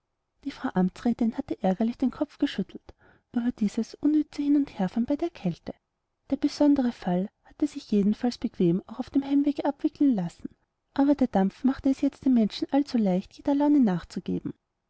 die frau amtsrätin hatte ärgerlich den kopf geschüttelt über dies unnütze hin und herfahren bei der kälte der besondere fall hätte sich jedenfalls bequem auch auf dem heimwege abwickeln lassen aber der dampf mache es jetzt den menschen allzuleicht jeder laune nachzugeben